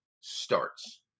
starts